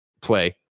play